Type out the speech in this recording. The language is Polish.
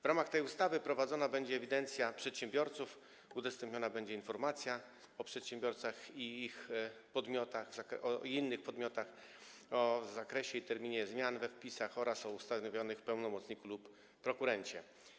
W ramach tej ustawy prowadzona będzie ewidencja przedsiębiorców, udostępniona będzie informacja o przedsiębiorcach i innych podmiotach, o zakresie i terminie zmian we wpisach oraz o ustanowionym pełnomocniku lub prokurencie.